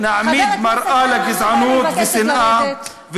נעמיד מראה לגזענות ולשנאה,